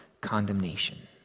condemnation